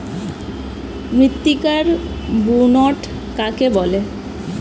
মৃত্তিকার বুনট কাকে বলে?